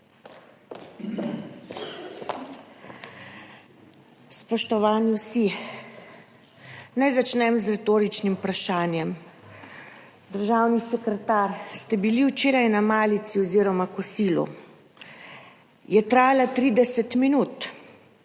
Spoštovani vsi! Naj začnem z retoričnim vprašanjem. Državni sekretar, ste bili včeraj na malici oziroma kosilu? Je trajala 30 minut?